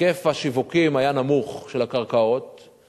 היקף השיווקים של הקרקעות היה נמוך.